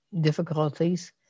difficulties